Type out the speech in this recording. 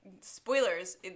spoilers